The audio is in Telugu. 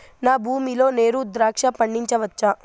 నా భూమి లో నేను ద్రాక్ష పండించవచ్చా?